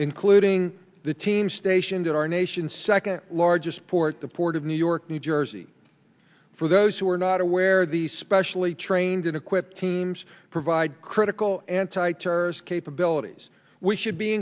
including the team stationed in our nation's second largest port the port of new york new jersey for those who are not aware the specially trained and equipped teams provide critical anti terrorist capabilities we should be